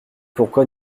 pourquoi